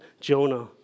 Jonah